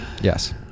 Yes